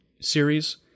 series